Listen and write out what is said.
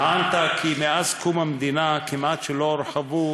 טענת כי מאז קום המדינה כמעט לא הורחבו